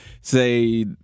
say